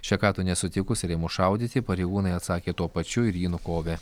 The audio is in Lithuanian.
šekatui nesutikus ir ėmus šaudyti pareigūnai atsakė tuo pačiu ir jį nukovė